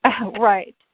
Right